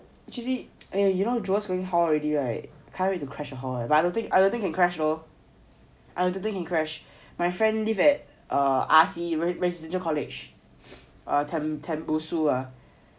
actually going hall already right can't wait to crash hall leh but I don't think I don't think can crash though my friend live at R_C residential college tem~ tembusu ah